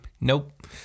Nope